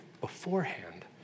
beforehand